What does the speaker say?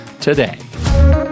today